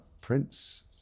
Prince